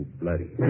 bloody